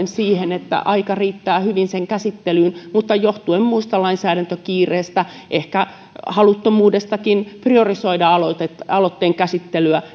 siihen että aika riittää hyvin sen käsittelyyn mutta johtuen muista lainsäädäntökiireistä ehkä haluttomuudestakin priorisoida aloitteen käsittelyä